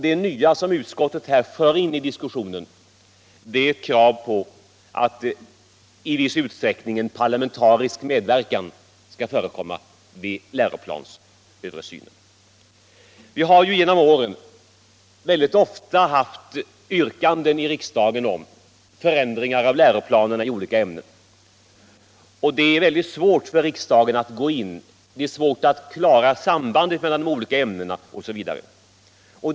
Det nya som utskottet för in i diskussionen är ett krav på att parlamentarisk medverkan i viss utsträckning skall förekomma vid läroplansöversynen. Vi har genom åren mycket ofta haft yrkanden i riksdagen om förändringar av läroplanerna i olika ämnen. Det är mycket svårt för riksdagen att klara bl.a. sambandet mellan de olika ämnena.